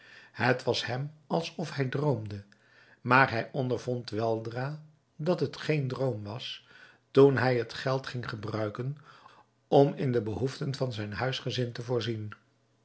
het was hem alsof hij droomde maar hij ondervond weldra dat het geen droom was toen hij het geld ging gebruiken om in de behoeften van zijn huisgezin te voorzien